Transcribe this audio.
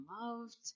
loved